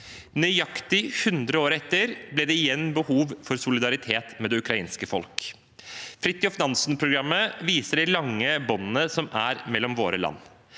Nøyaktig 100 år etter ble det igjen behov for solidaritet med det ukrainske folk. Fridtjof Nansen-programmet viser de lange båndene som er mellom våre land.